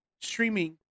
streaming